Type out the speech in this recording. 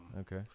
okay